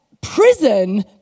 prison